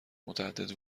متعدد